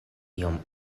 iom